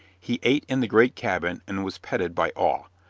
he ate in the great cabin and was petted by all.